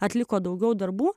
atliko daugiau darbų